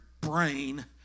brain